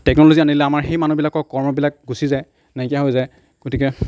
technology আনিলে আমাৰ সেই মানুহবিলাকৰ কৰ্মবিলাক গুচি যায় নাইকীয়া হৈ যায় গতিকে